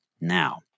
Now